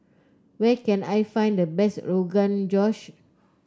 where can I find the best Rogan Josh